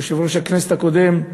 היושב-ראש הקודם,